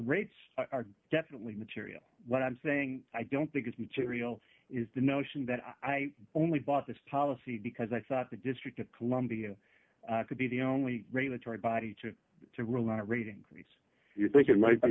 rates are definitely material what i'm saying i don't think is material is the notion that i only bought this policy because i thought the district of columbia could be the only regulatory body to rely on a reading of these you think it might be